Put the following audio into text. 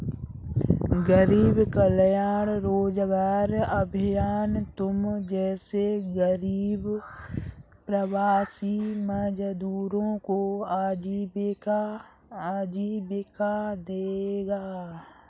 गरीब कल्याण रोजगार अभियान तुम जैसे गरीब प्रवासी मजदूरों को आजीविका देगा